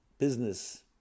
business